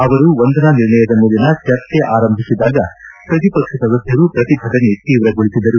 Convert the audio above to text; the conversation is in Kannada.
ಅವರು ವಂದನಾ ನಿರ್ಣಯದ ಮೇಲಿನ ಚರ್ಚಿ ಆರಂಭಿಸಿದಾಗ ಪ್ರತಿಪಕ್ಷ ಸದಸ್ನರು ಪ್ರತಿಭಟನೆ ತೀವ್ರಗೊಳಿಸಿದರು